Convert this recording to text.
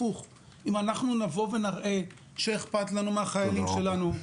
הפוך! אם אנחנו נראה שאכפת לנו מהחיילים שלנו,